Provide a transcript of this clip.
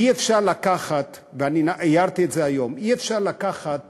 אי-אפשר לקחת והערתי את זה היום, אי-אפשר לקחת